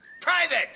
Private